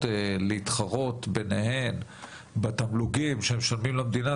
להתחרות ביניהן בתמלוגים שהן משלמות למדינה.